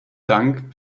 dank